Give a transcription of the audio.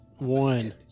one